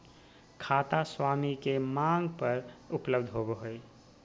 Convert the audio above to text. खाता स्वामी के मांग पर उपलब्ध होबो हइ